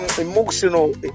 emotional